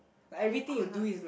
you could not